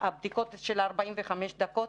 הבדיקות של ה-45 דקות.